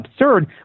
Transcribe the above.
absurd